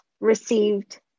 received